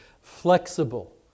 flexible